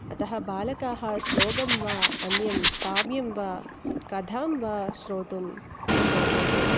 अतः बालकाः श्लोकं वा अन्यं काव्यं वा कथां वा श्रोतुं रोचन्ते